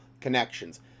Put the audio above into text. connections